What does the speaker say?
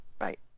right